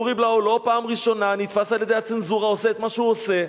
אורי בלאו לא פעם ראשונה נתפס על-ידי הצנזורה עושה את מה שהוא עושה.